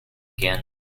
again